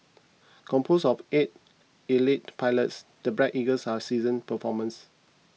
composed of eight elite pilots the Black Eagles are seasoned performers